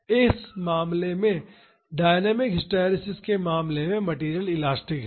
इस मामले में डायनामिक हिस्टैरिसीस के मामले में मैटेरियल इलास्टिक है